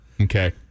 Okay